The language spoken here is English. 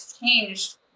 changed